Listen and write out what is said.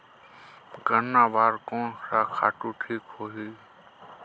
गन्ना बार कोन सा खातु ठीक होही?